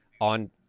on